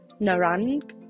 narang